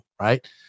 right